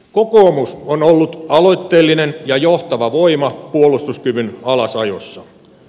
kokoomus on ollut aloitteellinen ja johtava voima puolustuskyvyn alasajossa